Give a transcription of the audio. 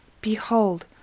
Behold